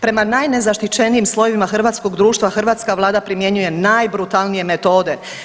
Prema najnezaštićenijim slojevima hrvatskog društva hrvatska Vlada primjenjuje najbrutalnije metode.